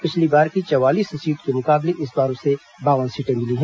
पिछली बार की चवालीस सीट के मुकाबले इस बार उसे बावन सीटें मिलीं